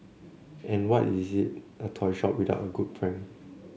and what is a toy shop without a good prank